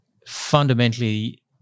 fundamentally